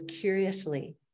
curiously